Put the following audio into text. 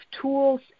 tools